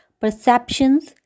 perceptions